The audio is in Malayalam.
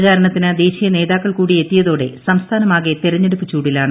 പ്രചാരണത്തിന്റ് ദേശീയ നേതാക്കൾകൂടി എത്തിയതോടെ സംസ്ഥാനമാകെ തെരഞ്ഞെടുപ്പു ചൂടിലാണ്